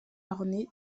ornée